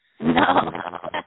No